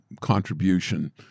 contribution